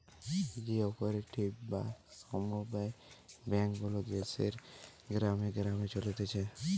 co operative বা সমব্যায় bank গুলা দেশের গ্রামে গ্রামে চলতিছে